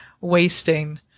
wasting